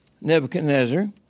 Nebuchadnezzar